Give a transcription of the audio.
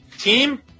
Team